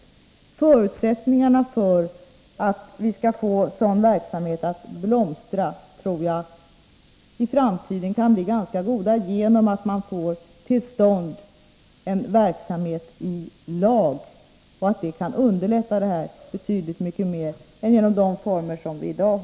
Jag tror att förutsättningarna för att få sådan verksamhet att blomstra i framtiden är ganska goda genom att man får till stånd en verksamhet i lag. Det kan underlätta detta arbete betydligt mer än de former som vi har i dag.